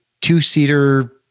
two-seater